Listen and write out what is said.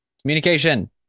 Communication